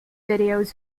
videos